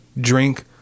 drink